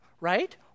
right